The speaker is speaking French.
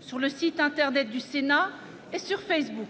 sur le site internet du Sénat et sur Facebook.